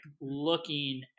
looking